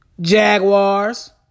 Jaguars